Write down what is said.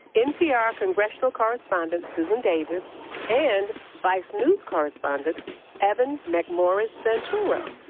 npr congressional correspondent susan davis and vice news correspondent evan mcmorris-santoro.